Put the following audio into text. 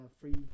free